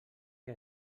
què